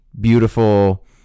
beautiful